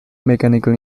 mechanical